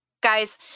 Guys